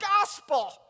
gospel